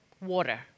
water